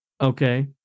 Okay